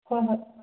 ꯍꯣꯏ ꯍꯣꯏ